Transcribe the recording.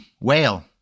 Whale